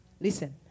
listen